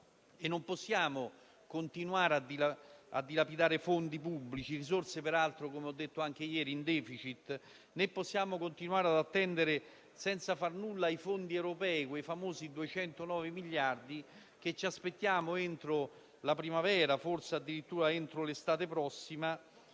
Non possiamo continuare a dilapidare fondi pubblici, risorse, peraltro, come ho detto anche ieri, in *deficit*, né possiamo continuare ad attendere senza far nulla i fondi europei, quei famosi 209 miliardi che ci aspettiamo entro la primavera, forse addirittura entro l'estate prossima.